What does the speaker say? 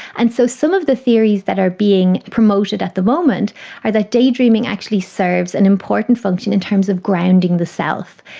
and so some of the theories that are being promoted at the moment are that daydreaming actually serves an important function in terms of grounding the self.